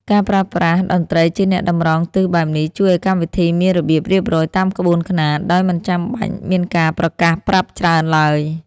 ការប្រើប្រាស់តន្ត្រីជាអ្នកតម្រង់ទិសបែបនេះ ជួយឱ្យកម្មវិធីមានរបៀបរៀបរយតាមក្បួនខ្នាត ដោយមិនចាំបាច់មានការប្រកាសប្រាប់ច្រើនឡើយ